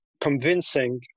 convincing